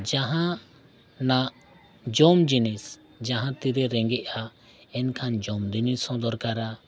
ᱡᱟᱦᱟᱱᱟᱜ ᱡᱚᱢ ᱡᱤᱱᱤᱥ ᱡᱟᱦᱟᱸ ᱛᱤᱨᱮ ᱨᱮᱸᱜᱮᱡᱼᱟ ᱮᱱᱠᱷᱟᱱ ᱡᱚᱢ ᱡᱤᱱᱤᱥ ᱦᱚᱸ ᱫᱚᱨᱠᱟᱨᱟ